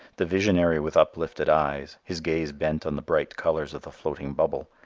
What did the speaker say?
the visionary with uplifted eyes, his gaze bent on the bright colors of the floating bubble,